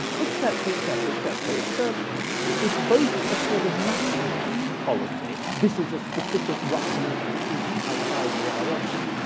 etc, etc, etc. it's ah it's both a sort of national policy. this is a specific russian institution, how proud we are of it.